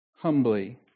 humbly